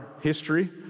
history